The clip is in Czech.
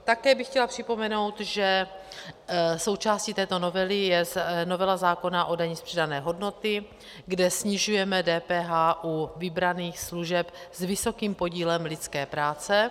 Také bych chtěla připomenout, že součástí této novely je novela zákona o dani z přidané hodnoty, kde snižujeme DPH u vybraných služeb s vysokým podílem lidské práce.